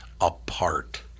apart